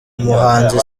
umuhanzi